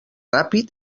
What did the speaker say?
ràpid